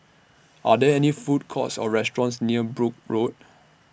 Are There any Food Courts Or restaurants near Brooke Road